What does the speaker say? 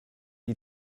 die